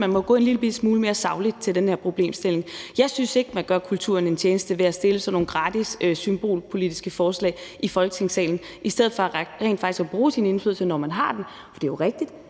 man må gå en lillebitte smule mere sagligt til den her problemstilling. Jeg synes ikke, man gør kulturen en tjeneste ved at stille sådan nogle gratis symbolpolitiske forslag i Folketingssalen i stedet for rent faktisk at bruge sin indflydelse, når man har den. For det er jo rigtigt,